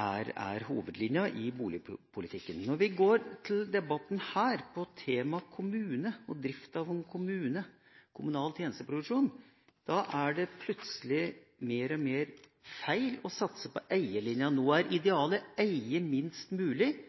eie er hovedlinja i boligpolitikken. Når vi går til debatten her, om temaet kommune, drift av kommune, kommunal tjenesteproduksjon, er det plutselig mer og mer feil å satse på eie-linja. Nå er idealet å eie minst mulig –